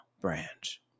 branch